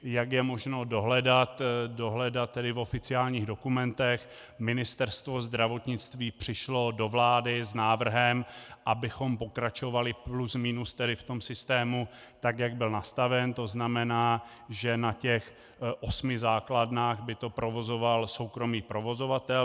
Jak je možno dohledat v oficiálních dokumentech, Ministerstvo zdravotnictví přišlo do vlády s návrhem, abychom pokračovali plus minus v tom systému, jak byl nastaven, tzn. že na těch osmi základnách by to provozoval soukromý provozovatel.